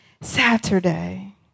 Saturday